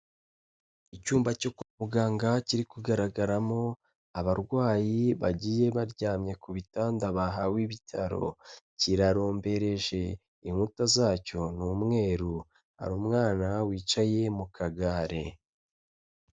Icyumba cyo kwa muganga kiri kugaragaramo abarwayi bagiye baryamye ku bitanda bahawe ibitaro, kirarombereje inkuta zacyo ni umweru hari umwana wicaye mu kagare.